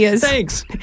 Thanks